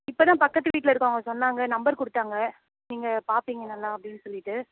இப்போ தான் பக்கத்து வீட்டில் இருக்கறவங்க சொன்னாங்க நம்பர் கொடுத்தாங்க நீங்கள் பார்ப்பீங்க நல்லா அப்படீனு சொல்லிவிட்டு